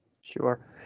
Sure